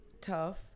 tough